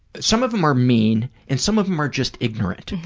some of them are mean, and some of them are just ignorant,